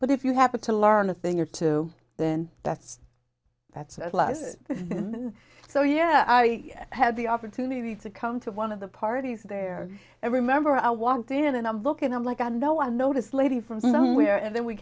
but if you happen to learn a thing or two then that's that's a plus so yeah i had the opportunity to come to one of the parties there i remember i walked in and i'm looking i'm like i know i notice lady from somewhere and then we